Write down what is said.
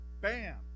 Bam